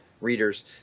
readers